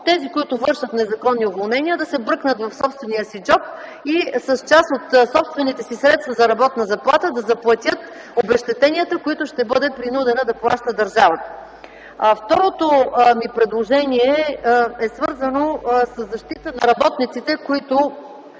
тези, които вършат незаконни уволнения, да се бръкнат в собствения си джоб и с част от собствените си средства за работна заплата да заплатят обезщетенията, които ще бъде принудена да плаща държавата. Второто ни предложение е свързано със защитата на работниците, които